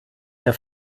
der